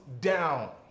down